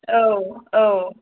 औ औ